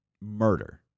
murder